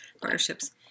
partnerships